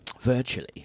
Virtually